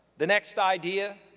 the next idea,